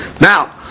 now